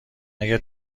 اگه